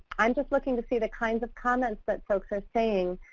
i'm just looking to see the kinds of comments that folks are saying.